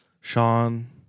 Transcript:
Sean